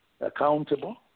accountable